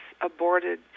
aborted